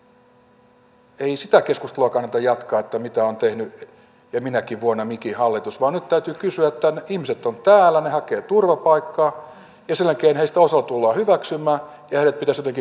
ei sitä keskustelua kannata jatkaa että mitä on tehnyt ja minäkin vuonna mikin hallitus vaan nyt ne ihmiset ovat täällä he hakevat turvapaikkaa ja sen jälkeen heistä osa tullaan hyväksymään ja heidät pitäisi jotenkin kotiuttaa tänne